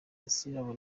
gasirabo